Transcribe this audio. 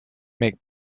make